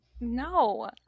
No